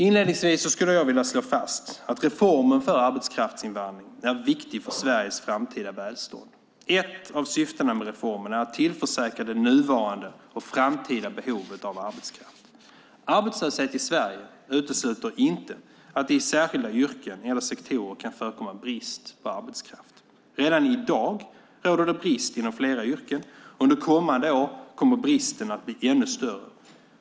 Inledningsvis skulle jag vilja slå fast att reformen för arbetskraftsinvandring är viktig för Sveriges framtida välstånd. Ett av syftena med reformen är att tillförsäkra det nuvarande och framtida behovet av arbetskraft. Arbetslöshet i Sverige utesluter inte att det i särskilda yrken eller sektorer kan förekomma brist på arbetskraft. Redan i dag råder det brist inom flera yrken, och under kommande år kommer bristen att bli ännu större.